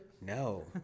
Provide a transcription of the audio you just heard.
No